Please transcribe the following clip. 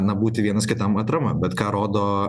na būti vienas kitam atrama bet ką rodo